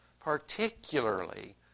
particularly